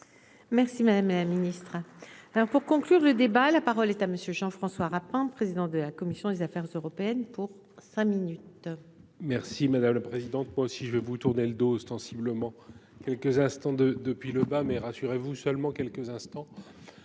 Merci madame la ministre. Alors pour conclure le débat. La parole est à monsieur Jean-François Rapin, président de la commission des Affaires européennes pour cinq minutes. Merci madame la présidente, moi aussi je vais vous tournez le dos ostensiblement quelques instants de depuis le bas mais rassurez-vous, seulement quelques instants.